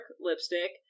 lipstick